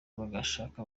bagashaka